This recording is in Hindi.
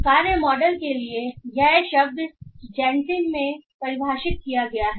कार्य मॉडल के लिए यह शब्द जैनसिम में परिभाषित किया गया है